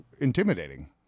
intimidating